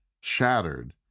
shattered